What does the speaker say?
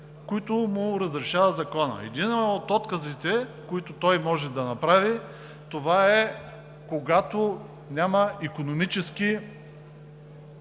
които му разрешава Законът. Единият от отказите, които той може да направи, това е когато няма икономическа